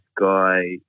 guy